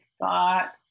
thought